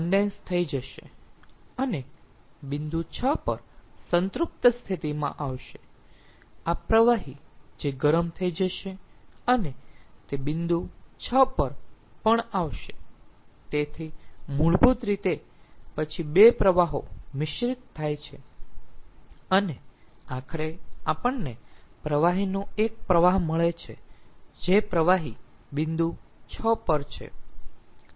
તે કન્ડેન્સ થઈ જશે અને બિંદુ 6 પર સંતૃપ્ત સ્થિતિમાં આવશે આ પ્રવાહી જે ગરમ થઈ જશે અને તે બિંદુ 6 પર પણ આવશે તેથી મૂળભૂત રીતે પછી 2 પ્રવાહો મિશ્રિત થાય છે અને આખરે આપણને પ્રવાહીનો 1 પ્રવાહ મળે છે જે પ્રવાહી બિંદુ 6 પર છે